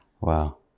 Wow